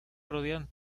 rodean